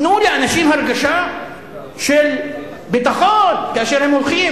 תנו לאנשים הרגשה של ביטחון כאשר הם הולכים.